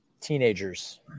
teenagers